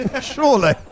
surely